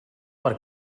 per